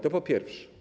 To po pierwsze.